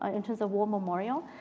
ah in terms of war memorial.